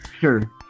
sure